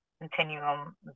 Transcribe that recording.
Continuum